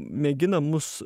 mėgina mus